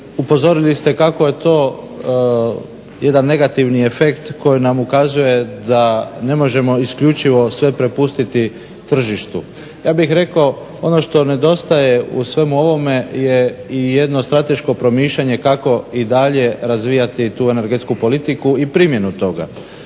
upozorili ste kako je to jedan negativni efekt koji nam ukazuje da ne možemo isključivo sve prepustiti tržištu. Ja bih rekao ono što nedostaje u svemu ovome je i jedno strateško promišljanje kako i dalje razvijati tu energetsku politiku i primjenu toga.